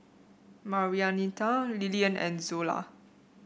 Marianita Lillian and Zola